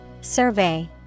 Survey